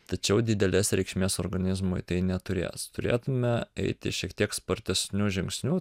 tačiau didelės reikšmės organizmui tai neturės turėtume eiti šiek tiek spartesniu žingsniu